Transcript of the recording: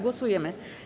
Głosujemy.